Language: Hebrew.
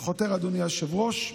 אני חותר, אדוני היושב-ראש.